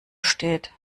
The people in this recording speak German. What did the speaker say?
steht